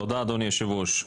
תודה, אדוני היושב-ראש.